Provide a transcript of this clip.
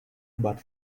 but